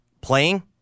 playing